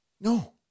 No